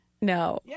No